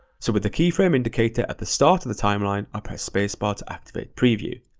so with the keyframe indicator at the start of the timeline, i press space bar to activate preview.